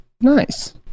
Nice